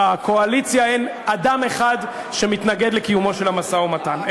בקואליציה אין אדם אחד שמתנגד לקיומו של המשא-ומתן,